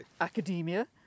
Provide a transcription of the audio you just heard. academia